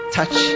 Touch